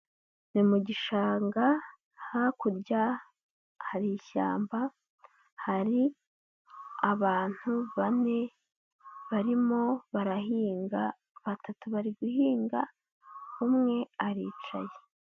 Ni mu gishanga hakurya hari ishyamba, hari abantu bane barimo barahinga, batatu bari guhinga, umwe aricaye.